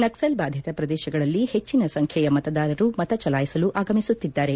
ನಕ್ಬಲ್ ಬಾಧಿತ ಪ್ರದೇಶಗಳಲ್ಲಿ ಹೆಚ್ಚಿನ ಸಂಖ್ಯೆಯ ಮತದಾರರು ಮತ ಚಲಾಯಿಸಲು ಆಗಮಿಸುತ್ತಿದ್ದಾರೆ